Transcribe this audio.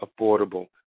affordable